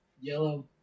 yellow